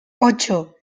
ocho